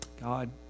God